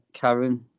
Karen